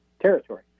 territory